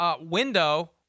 window –